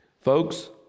folks